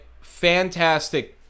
fantastic